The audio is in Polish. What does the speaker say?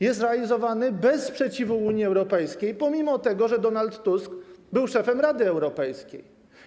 Jest realizowany bez sprzeciwu Unii Europejskiej, mimo że Donald Tusk był szefem Rady Europejskiej.